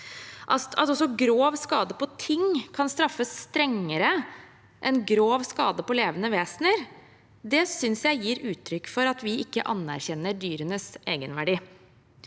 lovene. Grov skade på ting kan altså straffes strengere enn grov skade på levende vesener. Det synes jeg gir uttrykk for at vi ikke anerkjenner dyrenes egenverdi.